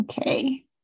Okay